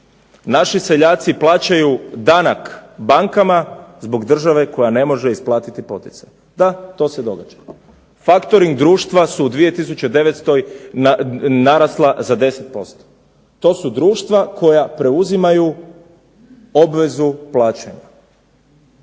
Naši seljaci plaćaju danak bankama zbog države koja ne može isplatiti poticaje, to se događa. Factoring društva su u 2009. narasla za 10%, to su društva koja preuzimaju obvezu plaćanja.